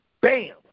bam